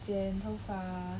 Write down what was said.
剪头发